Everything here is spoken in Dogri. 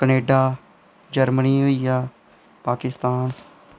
कनैडा जर्मनी होइया पाकिस्तान